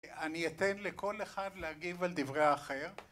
אני אתן לכל אחד להגיב על דברי האחר